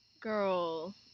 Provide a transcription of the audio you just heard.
girl